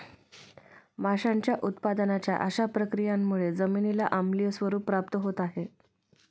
माशांच्या उत्पादनाच्या अशा प्रक्रियांमुळे जमिनीला आम्लीय स्वरूप प्राप्त होत आहे